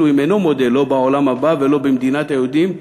אפילו אם אינו מודה לא בעולם הבא ולא במדינת היהודים,